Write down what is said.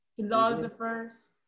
philosophers